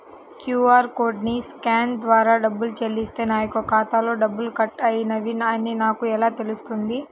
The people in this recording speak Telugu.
క్యూ.అర్ కోడ్ని స్కాన్ ద్వారా డబ్బులు చెల్లిస్తే నా యొక్క ఖాతాలో డబ్బులు కట్ అయినవి అని నాకు ఎలా తెలుస్తుంది?